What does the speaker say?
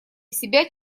себя